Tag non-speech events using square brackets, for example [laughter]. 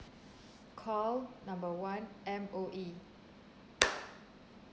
call number one M_O_E [noise]